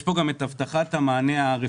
יש פה גם את הבטחת המענה הרפואי.